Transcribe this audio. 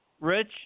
Rich